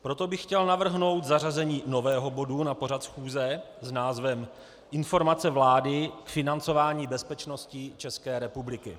Proto bych chtěl navrhnout zařazení nového bodu na pořad schůze s názvem Informace vlády k financování bezpečnosti České republiky.